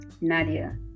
Nadia